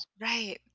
Right